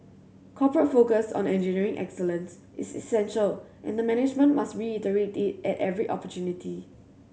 corporate focus on engineering excellent is essential and the management must reiterate it at every opportunity